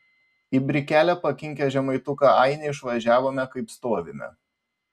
į brikelę pakinkę žemaituką ainį išvažiavome kaip stovime